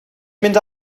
mynd